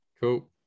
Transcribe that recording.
Cool